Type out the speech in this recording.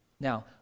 Now